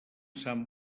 sant